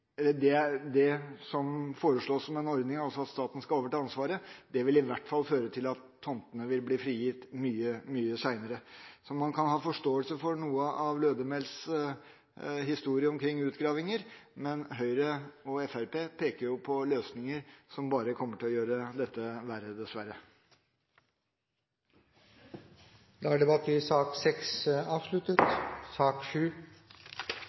at det som foreslås som en ordning, at staten skal overta ansvaret, ville i hvert fall føre til at tomtene ville bli frigitt mye senere. Så man kan ha forståelse for noe av Lødemels historie omkring utgravinger, men Høyre og Fremskrittspartiet peker jo på løsninger som bare kommer til å gjøre dette verre, dessverre. Flere har ikke bedt om ordet til sak